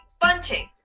Bunting